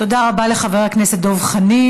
תודה רבה לחבר הכנסת דב חנין.